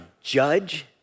judge